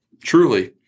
truly